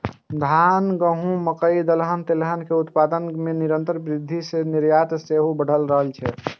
धान, गहूम, मकइ, दलहन, तेलहन के उत्पादन मे निरंतर वृद्धि सं निर्यात सेहो बढ़ि रहल छै